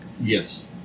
Yes